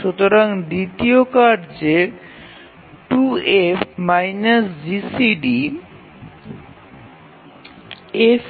সুতরাং দ্বিতীয় কার্যের 2F - GCD F